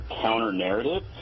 counter-narrative